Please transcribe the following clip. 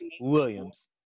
Williams